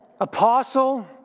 apostle